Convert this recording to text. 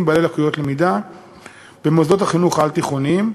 בעלי לקויות למידה במוסדות חינוך על-תיכוניים,